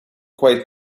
quite